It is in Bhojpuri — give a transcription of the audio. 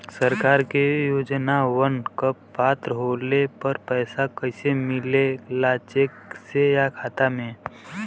सरकार के योजनावन क पात्र होले पर पैसा कइसे मिले ला चेक से या खाता मे?